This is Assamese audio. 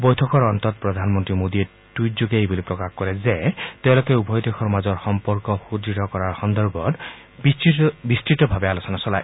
বৈঠকৰ অন্তত প্ৰধানমন্ত্ৰী মোডীয়ে টুইটযোগে এই বুলি প্ৰকাশ কৰে যে তেওঁলোকে উভয় দেশৰ মাজৰ সম্পৰ্ক সূদ্য় কৰাৰ সন্দৰ্ভত বিস্ততভাৱে আলোচনা চলায়